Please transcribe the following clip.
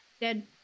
dead